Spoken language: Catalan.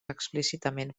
explícitament